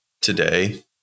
today